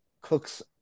cooks